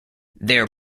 their